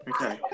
Okay